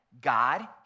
God